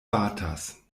batas